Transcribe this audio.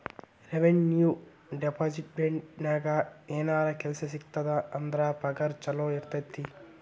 revenue ಡೆಪಾರ್ಟ್ಮೆಂಟ್ನ್ಯಾಗ ಏನರ ಕೆಲ್ಸ ಸಿಕ್ತಪ ಅಂದ್ರ ಪಗಾರ ಚೊಲೋ ಇರತೈತಿ